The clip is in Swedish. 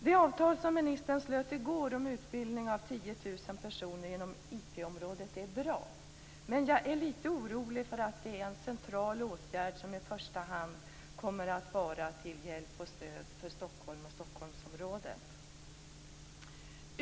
Det avtal som ministern slöt i går om utbildning av 10 000 personer inom IT-området är bra, men jag är litet orolig för att det är en central åtgärd, som i första hand kommer att vara till hjälp och stöd för Stockholm och Stockholmsområdet.